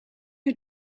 who